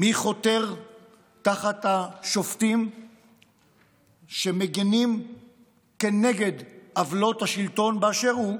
מי חותר תחת השופטים שמגינים כנגד עוולות השלטון באשר הוא,